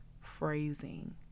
phrasing